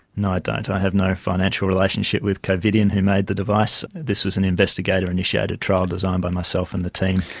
no, i don't, i have no financial relationship with covidien, who made the device. this was an investigator initiated trial designed by myself and the team.